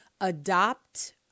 adopt